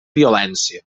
violència